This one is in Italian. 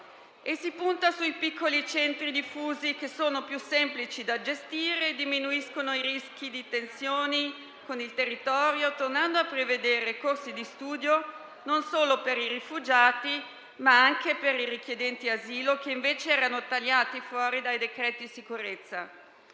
si punta sui piccoli centri diffusi, che sono più semplici da gestire e diminuiscono i rischi di tensioni con il territorio, tornando a prevedere corsi di studio non solo per i rifugiati, ma anche per i richiedenti asilo, che invece erano tagliati fuori dai decreti sicurezza.